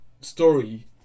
story